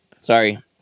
Sorry